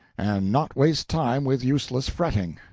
and not waste time with useless fretting,